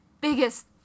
biggest